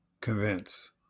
convince